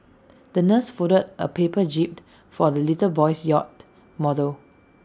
the nurse folded A paper jib for the little boy's yacht model